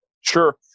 Sure